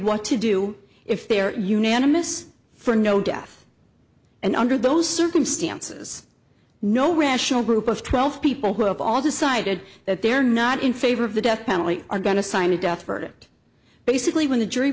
what to do if they're unanimous for no death and under those circumstances no rational group of twelve people who have all decided that they're not in favor of the death penalty are going to sign a death verdict basically when the